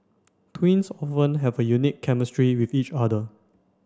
twins often have a unique chemistry with each other